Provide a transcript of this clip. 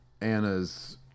Anna's